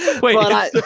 Wait